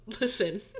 Listen